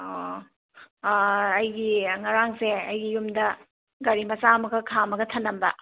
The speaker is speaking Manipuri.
ꯑꯣ ꯑꯩꯒꯤ ꯉꯥꯔꯥꯡꯁꯦ ꯑꯩꯒꯤ ꯌꯨꯝꯗ ꯒꯥꯔꯤ ꯃꯆꯥ ꯑꯃꯈꯛ ꯈꯥꯝꯃꯒ ꯊꯅꯝꯕ